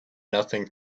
nothing